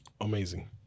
amazing